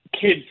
kids